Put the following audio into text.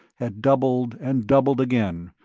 had doubled, and doubled again,